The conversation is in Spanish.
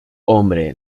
hombre